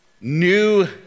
new